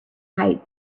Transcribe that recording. height